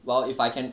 well if I can